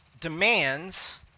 demands